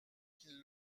qu’ils